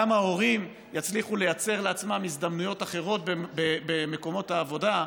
גם ההורים יצליחו לייצר לעצמם הזדמנויות אחרות במקומות העבודה,